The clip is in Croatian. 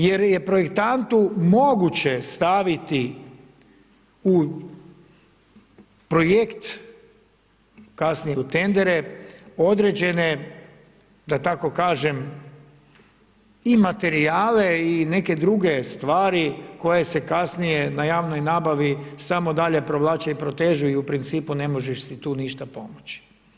Jer je projektantu moguće staviti u projekt, kasnije u tendere, određene, da tako kažem i materijale i neke druge stvari koje se kasnije na javnoj nabavi samo dalje provlače i protežu i u principu ne možeš si tu ništa pomoći.